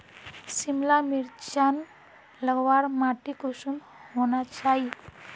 सिमला मिर्चान लगवार माटी कुंसम होना चही?